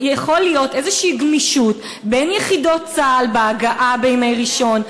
יכולה להיות איזו גמישות בין יחידות צה"ל בהגעה בימי ראשון,